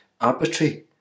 arbitrary